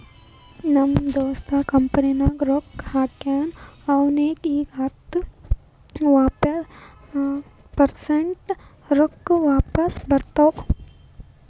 ನಮ್ ದೋಸ್ತ್ ಕಂಪನಿನಾಗ್ ರೊಕ್ಕಾ ಹಾಕ್ಯಾನ್ ಅವ್ನಿಗ ಈಗ್ ಹತ್ತ ಪರ್ಸೆಂಟ್ ರೊಕ್ಕಾ ವಾಪಿಸ್ ಬಂದಾವ್